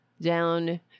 down